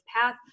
Path